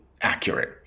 accurate